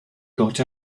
got